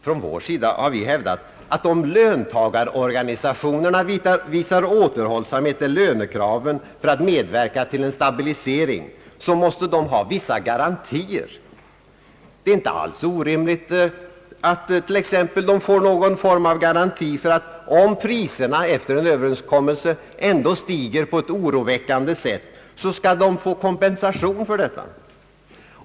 Från vår sida har vi hävdat att om löntagarorganisationerna visar återhållsamhet med lönekraven för att medverka till en stabilisering, så måste de ha vissa garantier. Det är inte alls orimligt att de t.ex. får någon form av garanti för att om priserna efter en överenskommelse ändå stiger på ett oroväckande sätt, så skall de få kompensation för detta.